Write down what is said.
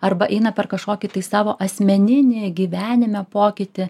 arba eina per kažkokį tai savo asmeninį gyvenime pokytį